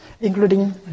including